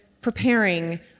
preparing